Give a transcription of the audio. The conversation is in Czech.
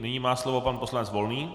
Nyní má slovo pan poslanec Volný.